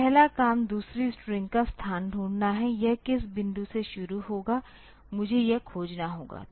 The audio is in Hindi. तो पहला काम दूसरी स्ट्रिंग का स्थान ढूंढना है यह किस बिंदु से शुरू होगा मुझे यह खोजना होगा